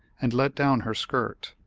and let down her skirt.